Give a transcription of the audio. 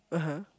(uh huh)